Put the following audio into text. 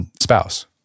spouse